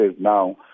now